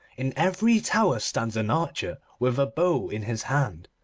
in every tower stands an archer with a bow in his hand.